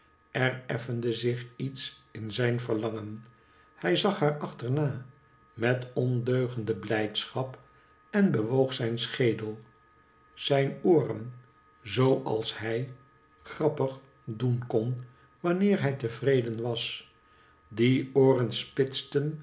er effende zich iets in zijn verlangen hij zag haar achterna met ondeugende blijdschap en bewoog zijn schedel zijn ooren zoo als hij grappig doen kon wanneer hij tevreden was die ooren spitsten